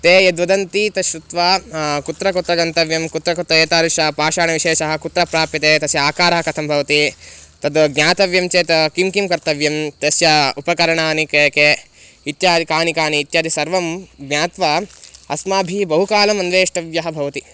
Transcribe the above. ते यद्वदन्ति तत् श्रुत्वा कुत्र कुत्र गन्तव्यं कुत्र कुत्र एतादृशः पाषाणविशेषः कुत्र प्राप्यते तस्य आकारः कथं भवति तद् ज्ञातव्यं चेत् किं किं कर्तव्यं तस्य उपकरणानि कानि कानि इत्यादीनि कानि कानि इत्यादि सर्वं ज्ञात्वा अस्माभिः बहुकालम् अन्वेष्टव्यः भवति